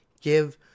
give